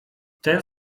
ten